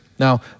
Now